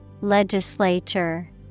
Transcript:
Legislature